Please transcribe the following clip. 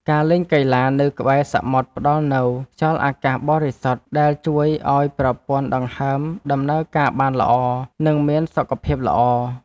ការលេងកីឡានៅក្បែរសមុទ្រផ្ដល់នូវ ខ្យល់អាកាសបរិសុទ្ធ ដែលជួយឱ្យប្រព័ន្ធដង្ហើមដំណើរការបានល្អ និងមានសុខភាពល្អ។